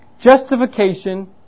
justification